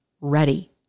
ready